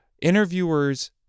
Interviewers